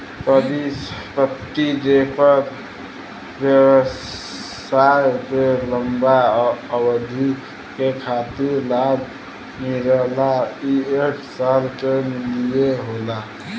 परिसंपत्ति जेपर व्यवसाय के लंबा अवधि के खातिर लाभ मिलला ई एक साल के लिये होला